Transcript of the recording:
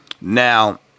Now